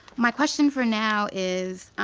my question for now is.